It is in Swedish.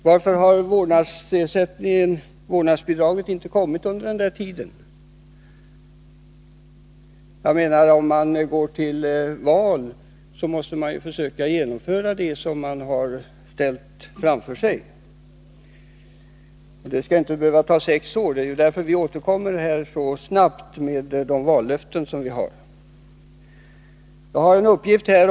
Varför har vårdnadsbidraget inte kommit till under den tiden? Om man går till val måste man vara beredd att genomföra de löften som man har ställt ut. Det skall inte behöva ta sex år. Det är därför vi så snabbt återkommer till de vallöften som vi har ställt ut.